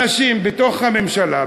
אנשים בתוך הממשלה,